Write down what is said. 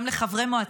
גם לחברי מועצה,